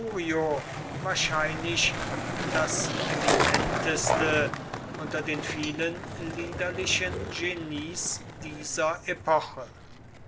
wahrscheinlich das eminenteste unter den vielen liederlichen genies dieser epoche